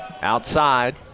outside